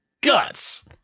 Guts